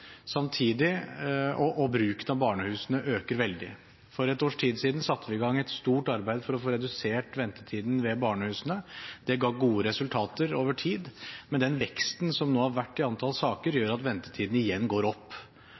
og at bruken av barnehusene øker veldig. For et års tid siden satte vi i gang et stort arbeid for å få redusert ventetiden ved barnehusene. Det ga gode resultater over tid, men den veksten som nå har vært i antall saker, gjør at ventetiden igjen går opp.